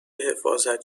حفاظت